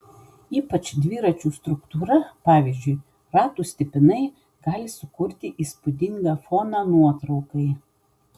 ypač dviračių struktūra pavyzdžiui ratų stipinai gali sukurti įspūdingą foną nuotraukai